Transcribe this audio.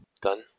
done